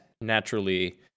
naturally